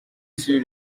sur